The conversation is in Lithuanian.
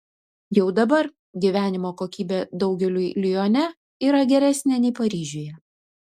jau dabar gyvenimo kokybė daugeliui lione yra geresnė nei paryžiuje